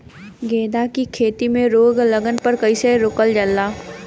गेंदा की खेती में रोग लगने पर कैसे रोकल जाला?